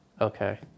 Okay